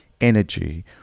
energy